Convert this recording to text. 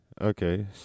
Okay